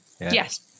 yes